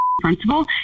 Principal